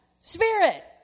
Spirit